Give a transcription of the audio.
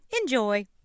Enjoy